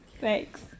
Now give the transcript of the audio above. Thanks